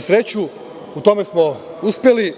sreću, u tome smo uspeli